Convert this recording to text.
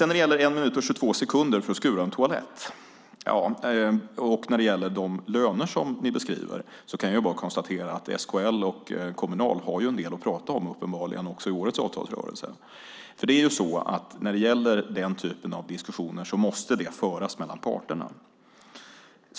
När det gäller 1 minut och 22 sekunder för att skura en toalett och de löner som ni beskriver har SKL och Kommunal en del att prata om, uppenbarligen också i årets avtalsrörelse. Den typen av diskussioner måste föras mellan parterna.